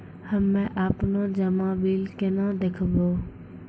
हम्मे आपनौ जमा बिल केना देखबैओ?